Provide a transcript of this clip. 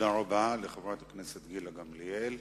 תודה רבה לחברת הכנסת גילה גמליאל.